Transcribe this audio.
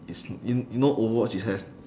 it's y~ you know overwatch it has